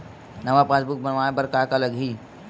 नवा पासबुक बनवाय बर का का लगही?